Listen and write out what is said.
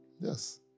Yes